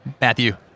Matthew